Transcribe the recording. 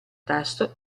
tasto